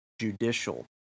judicial